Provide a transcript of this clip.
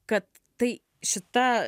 kad tai šita